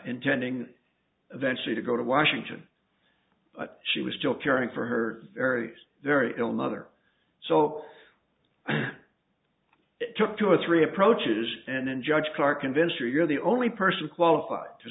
intending eventually to go to washington but she was still caring for her very very ill mother so i took two or three approaches and then judge carr convinced you're the only person qualified to